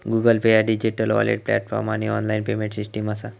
Google Pay ह्या digital wallet platform आणि online payment system असा